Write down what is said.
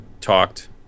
talked